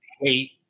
hate